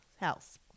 house